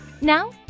Now